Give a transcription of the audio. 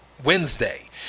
Wednesday